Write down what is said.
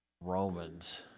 Romans